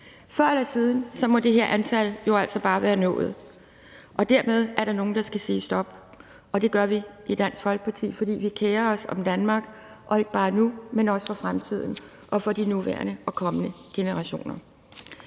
Før eller siden må det her antal altså bare være nået, og dermed er der nogen, der må sige stop, og det gør vi i Dansk Folkeparti, fordi vi kerer os om Danmark, ikke bare nu, men også for fremtiden og for de nuværende og kommende generationer.